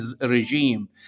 regime